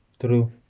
True